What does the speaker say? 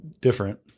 different